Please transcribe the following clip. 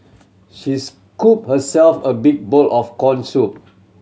she scooped herself a big bowl of corn soup